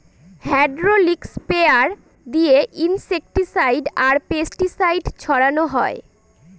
hydraulic sprayer দিয়ে insecticide আর pesticide ছড়ানো হয়